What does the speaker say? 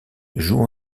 joue